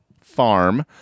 Farm